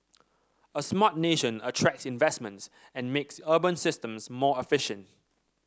a smart nation attracts investments and makes urban systems more efficient